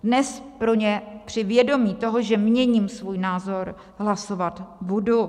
Dnes pro ně při vědomí toho, že měním svůj názor, hlasovat budu.